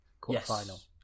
quarterfinal